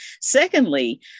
Secondly